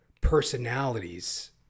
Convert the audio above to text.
personalities